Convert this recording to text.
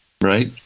Right